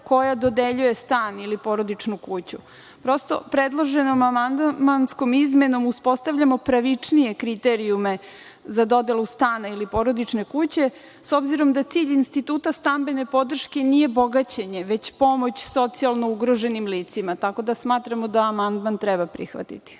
koja dodeljuje stan ili porodičnu kuću“.Predloženom amandmanskom izmenom uspostavljamo pravičnije kriterijume za dodelu stana ili porodične kuće, s obzirom da cilj instituta stambene podrške nije bogaćenje, već pomoć socijalno ugroženim licima. Tako da smatramo da amandman treba prihvatiti.